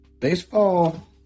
baseball